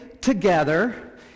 together